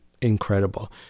incredible